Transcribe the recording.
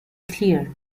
clear